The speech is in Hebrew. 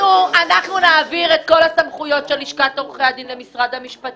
אנחנו נעביר את כל הסמכויות של לשכת עורכי הדין למשרד המשפטים.